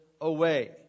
away